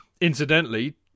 Incidentally